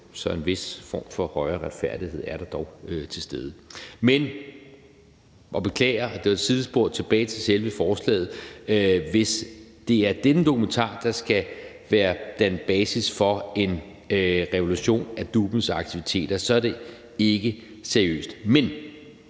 så en vis form for højere retfærdighed er der dog til stede. Men – og jeg beklager, det var et sidespor – tilbage til selve forslaget. Hvis det er denne dokumentar, der skal danne basis for en revolution af DUP'ens aktiviteter, så er det ikke seriøst. Men